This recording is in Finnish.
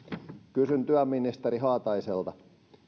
kysyn työministeri haataiselta